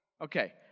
Okay